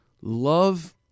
love